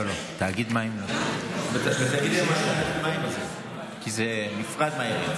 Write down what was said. לא, לא, תאגיד מים לא, כי זה נפרד מהעירייה.